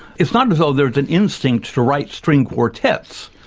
it's not as though there's an instinct to write string quartets.